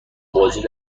واجد